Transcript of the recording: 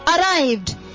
arrived